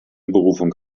berufung